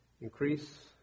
increase